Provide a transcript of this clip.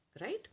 Right